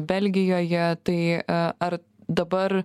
belgijoje tai ar dabar